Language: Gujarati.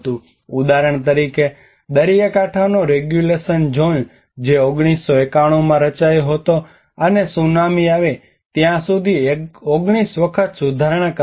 ઉદાહરણ તરીકે દરિયાકાંઠાનો રેગ્યુલેશન ઝોન જે 1991 માં રચાયો હતો અને સુનામી આવે ત્યાં સુધી 19 વખત સુધારણા કરવામાં આવી